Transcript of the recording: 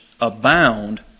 abound